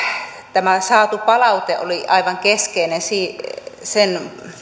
tämä saatu palaute oli aivan keskeinen sen